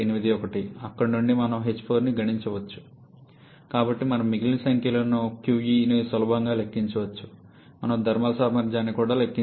మరియు అక్కడ నుండి మనం h4 ని గణించవచ్చు కాబట్టి మనం మిగిలిన సంఖ్యలను qB ని సులభంగా లెక్కించవచ్చు మరియు మనం థర్మల్ సామర్థ్యాన్ని కూడా లెక్కించాలి